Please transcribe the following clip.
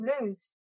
lose